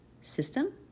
system